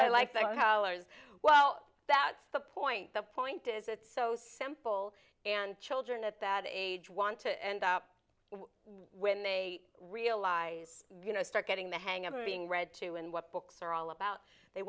i like that howlers well that's the point the point is it's so simple and children at that age want to end up when they realize you know start getting the hang of them being read to and what books are all about they